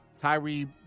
Tyree